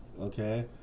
Okay